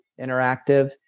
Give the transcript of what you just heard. interactive